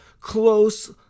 close